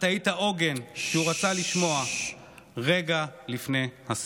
את היית העוגן שהוא רצה לשמוע רגע לפני הסוף.